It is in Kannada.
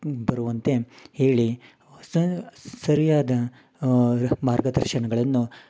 ಬರುವಂತೆ ಹೇಳಿ ಸರಿಯಾದ ಮಾರ್ಗದರ್ಶನಗಳನ್ನು